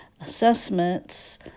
assessments